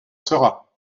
sera